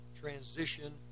transition